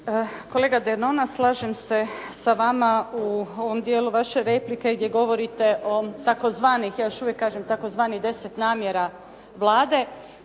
Kolega Denona slažem se sa vama u ovom dijelu vaše replike gdje govorite o tzv., ja još uvijek kažem tzv. 10 namjera Vlade